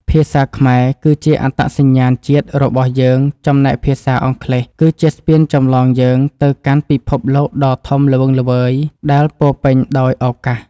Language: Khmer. ភាសាខ្មែរគឺជាអត្តសញ្ញាណជាតិរបស់យើងចំណែកភាសាអង់គ្លេសគឺជាស្ពានចម្លងយើងទៅកាន់ពិភពលោកដ៏ធំល្វឹងល្វើយដែលពោរពេញដោយឱកាស។